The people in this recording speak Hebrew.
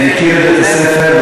אני מכיר את בית-הספר,